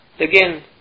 again